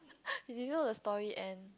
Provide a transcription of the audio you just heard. you didn't know the story end